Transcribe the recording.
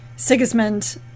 Sigismund